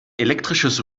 elektrisches